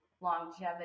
longevity